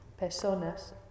personas